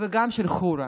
וגם של חורה,